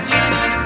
Jenny